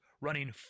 running